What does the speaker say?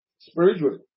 spiritually